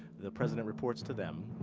the president reports to them,